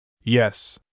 Yes